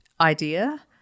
idea